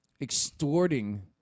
extorting